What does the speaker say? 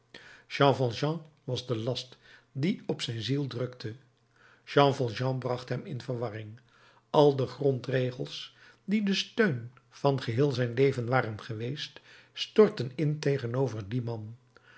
was de last die op zijn ziel drukte jean valjean bracht hem in verwarring al de grondregels die de steun van geheel zijn leven waren geweest stortten in tegenover dien man